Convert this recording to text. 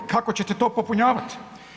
Kako ćete to popunjavati?